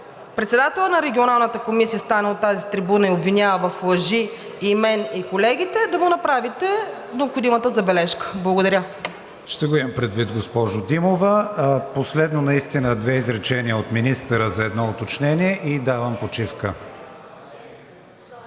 председателят на Регионалната комисия стане и от тази трибуна обвинява в лъжи и мен, и колегите, да му направите необходимата забележка. Благодаря. ПРЕДСЕДАТЕЛ КРИСТИАН ВИГЕНИН: Ще го имам предвид, госпожо Димова. Последно, наистина две изречения от министъра за едно уточнение и давам почивка.